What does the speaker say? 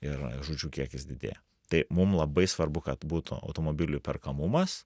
ir žūčių kiekis didėja tai mum labai svarbu kad būtų automobilių įperkamumas